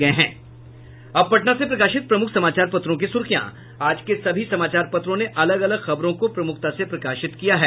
अब पटना से प्रकाशित प्रमुख समाचार पत्रों की सुर्खियां आज के सभी समाचार पत्रों ने अलग अलग खबरों को प्रमुखता से प्रकाशित किया है